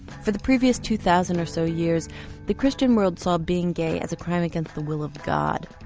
for the previous two thousand or so years the christian world saw being gay as a crime against the will of god.